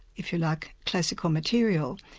if you like, classical material,